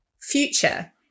future